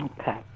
Okay